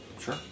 Sure